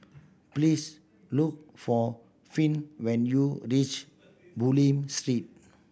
please look for Finn when you reach Bulim Street